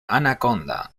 anaconda